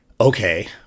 okay